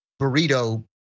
burrito